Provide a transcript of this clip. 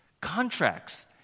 contracts